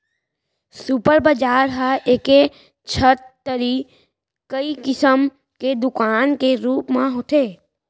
super बजार ह एके छत तरी कई किसम के दुकान के रूप म होथे